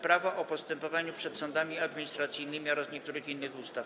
Prawo o postępowaniu przed sądami administracyjnymi oraz niektórych innych ustaw.